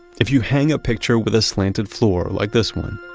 if you hang a picture with a slanted floor like this one,